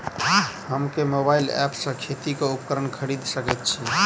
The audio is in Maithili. हम केँ मोबाइल ऐप सँ खेती केँ उपकरण खरीदै सकैत छी?